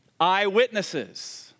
eyewitnesses